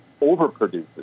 overproduces